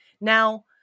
Now